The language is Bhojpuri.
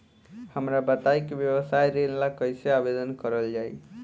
हमरा बताई कि व्यवसाय ऋण ला कइसे आवेदन करल जाई?